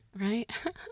Right